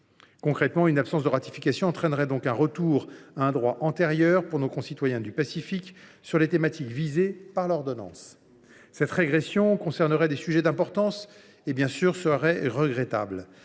Concrètement, une absence de ratification entraînerait un retour au droit antérieur pour nos concitoyens du Pacifique sur les thématiques visées par l’ordonnance. Une telle régression concernerait des sujets d’importance ; elle serait bien sûr regrettable.